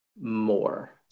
more